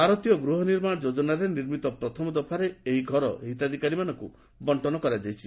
ଭାରତୀୟ ଗୃହନିର୍ମାଣ ଯୋଜନାରେ ନିର୍ମିତ ପ୍ରଥମ ଦଫାରେ ଏହି ଘର ହିତାଧିକାରୀମାନଙ୍କୁ ବିଦ୍ଧନ କରାଯାଇଛି